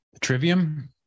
Trivium